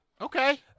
Okay